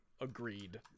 agreed